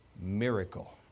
miracle